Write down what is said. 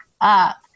up